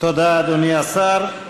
תודה, אדוני השר.